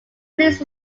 police